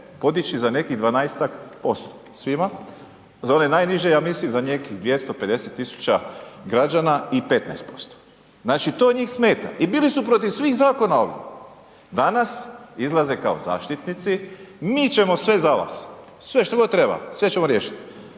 podići za nekih 12-estak posto svima. Za one najniže, ja mislim, za nekih 250 000 građana i 15%. Znači, to njih smeta i bili su protiv svih zakona ovdje. Danas izlaze kao zaštitnici, mi ćemo sve za vas, sve što god treba, sve ćemo riješit.